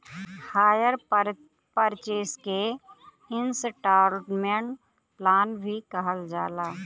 hire purchase के instalment plan भी कहल जाला